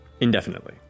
indefinitely